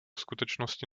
skutečnosti